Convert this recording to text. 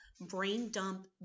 brain-dump